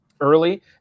early